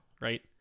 right